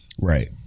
Right